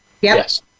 Yes